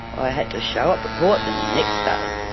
i had to show up court the next day,